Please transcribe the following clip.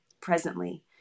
presently